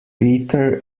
peter